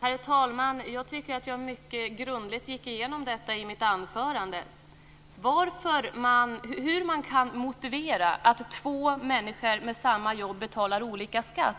Herr talman! Jag tycker att jag mycket grundligt gick igenom detta i mitt anförande. Hur kan man motivera att två människor med samma jobb betalar olika skatt?